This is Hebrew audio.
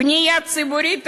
בנייה ציבורית,